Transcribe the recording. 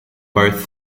both